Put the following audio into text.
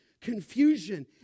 confusion